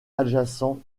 adjacent